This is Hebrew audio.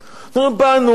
הם אומרים: באנו,